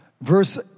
Verse